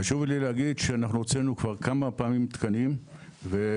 חשוב לי להגיד שאנחנו הוצאנו כבר כמה פעמים תקנים במכרזים,